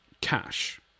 cash